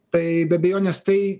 taip be abejonės tai